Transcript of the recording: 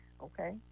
okay